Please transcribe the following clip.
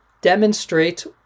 demonstrate